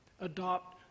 Adopt